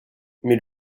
mais